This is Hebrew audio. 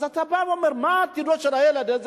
ואז אתה בא ואומר: מה בעצם עתידו של הילד הזה,